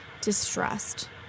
distrust